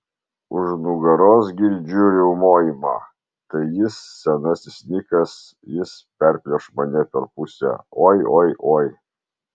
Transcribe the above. už nugaros girdžiu riaumojimą tai jis senasis nikas jis perplėš mane per pusę oi oi oi